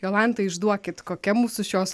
jolanta išduokit kokia mūsų šios